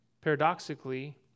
paradoxically